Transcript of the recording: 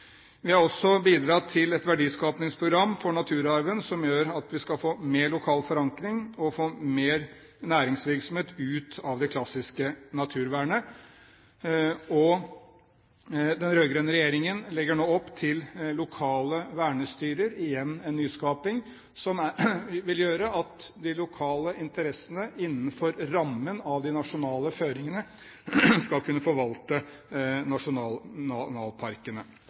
Vi har også bidratt til et verdiskapingsprogram for naturarven, som gjør at vi skal få mer lokal forankring og mer næringsvirksomhet ut av det klassiske naturvernet. Og den rød-grønne regjeringen legger nå opp til lokale vernestyrer – igjen en nyskaping – som vil gjøre at de lokale interessene innenfor rammen av de nasjonale føringene skal kunne forvalte nasjonalparkene.